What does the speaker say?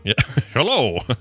hello